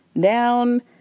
down